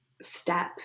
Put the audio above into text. step